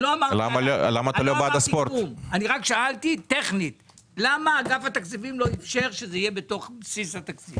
אני רק שאלתי טכנית למה אגף התקציבים לא אפשר שזה יהיה בבסיס התקציב.